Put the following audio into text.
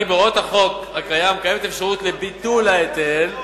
קיימת אפשרות לביטול ההיטל,